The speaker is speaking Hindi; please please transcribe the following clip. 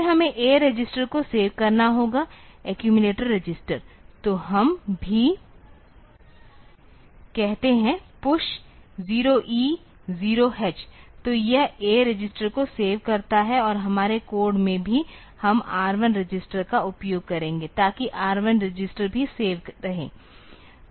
फिर हमें A रजिस्टर को सेव करना होगा एक्यूमिलेटर रजिस्टर तो हम भी कहते हैं PUSH 0E0H तो यह ए रजिस्टर को सेव करता है और हमारे कोड में भी हम R 1 रजिस्टर का उपयोग करेंगे ताकि R1 रजिस्टर भी सेव रहे